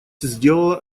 сделала